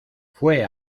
fue